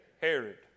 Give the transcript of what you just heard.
Herod